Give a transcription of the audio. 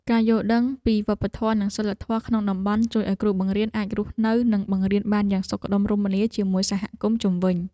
ការយល់ដឹងពីវប្បធម៌និងសីលធម៌ក្នុងតំបន់ជួយឱ្យគ្រូបង្រៀនអាចរស់នៅនិងបង្រៀនបានយ៉ាងសុខដុមរមនាជាមួយសហគមន៍ជុំវិញ។